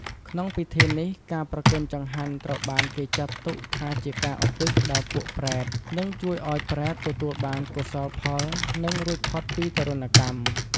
ក្នុងពិធីនេះ ការប្រគេនចង្ហាន់ត្រូវបានគេចាត់ទុកថាជាការឧទ្ទិសដល់ពួកប្រេត និងជួយឲ្យប្រេតទទួលបានកោសលផល និងរួចផុតពីទារុណកម្ម។